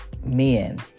men